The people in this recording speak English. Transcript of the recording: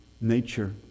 nature